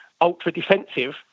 ultra-defensive